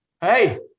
Hey